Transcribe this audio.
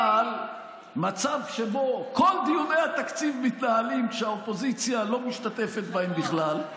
אבל מצב שבו כל דיוני התקציב מתנהלים כשהאופוזיציה לא משתתפת בהם בכלל,